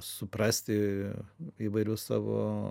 suprasti įvairius savo